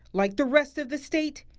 like the rest of the state.